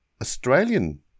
Australian